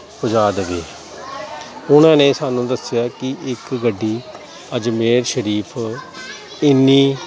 ਪਜਾ ਦੇਵੇ ਉਹਨਾਂ ਨੇ ਸਾਨੂੰ ਦੱਸਿਆ ਕਿ ਇੱਕ ਗੱਡੀ ਅਜਮੇਰ ਸ਼ਰੀਫ ਇੰਨੀ